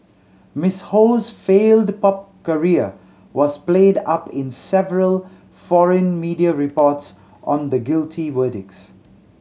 Miss Ho's failed pop career was played up in several foreign media reports on the guilty verdicts